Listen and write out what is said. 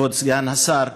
כבוד סגן השר,